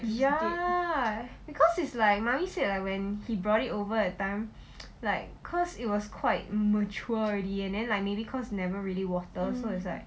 ya becuase it's like mummy said like when he brought it over that time like cause it was quite mature already and then like maybe cause never really water so it's like